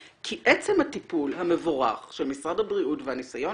כי עצם הטיפול המבורך של משרד הבריאות והניסיון